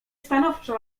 stanowczo